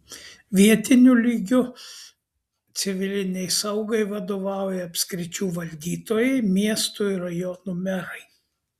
vietiniu lygiu civilinei saugai vadovauja apskričių valdytojai miestų ir rajonų merai